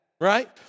right